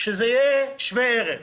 שזה יהיה שווה ערך.